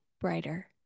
brighter